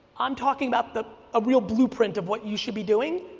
i'm talking about the ah real blueprint of what you should be doing,